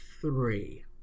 three